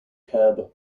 cab